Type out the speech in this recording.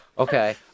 Okay